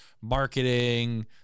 marketing